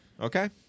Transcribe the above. Okay